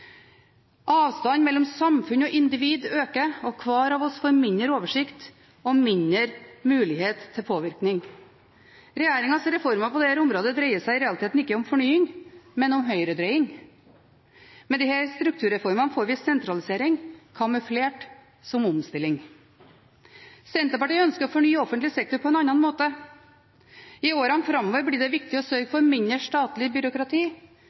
Avstanden mellom samfunn og individ øker, og hver av oss får mindre oversikt og mindre mulighet til påvirkning. Regjeringens reformer på dette området dreier seg i realiteten ikke om fornying, men om høyredreining. Med disse strukturreformene får vi sentralisering kamuflert som omstilling. Senterpartiet ønsker å fornye offentlig sektor på en annen måte. I åra framover blir det viktig å sørge for mindre statlig byråkrati,